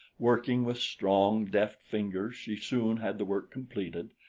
working with strong, deft fingers she soon had the work completed,